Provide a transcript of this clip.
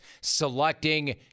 selecting